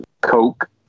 Coke